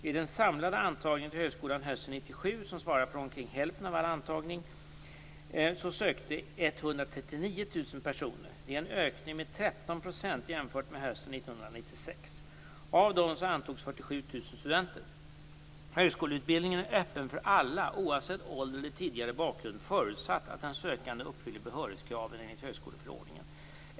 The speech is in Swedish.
I den samlade antagningen till högskolan hösten 1997, som svarar för omkring hälften av all antagning, sökte 139 000 personer. Det är en ökning med 13 % jämfört med hösten 1996. Av dessa antogs 47 000 studenter. Högskoleutbildningen är öppen för alla oavsett ålder eller tidigare bakgrund förutsatt att den sökande uppfyller behörighetskraven enligt högskoleförordningen.